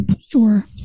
sure